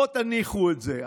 בואו תניחו את זה,